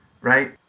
right